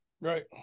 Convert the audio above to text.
Right